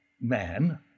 man